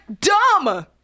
dumb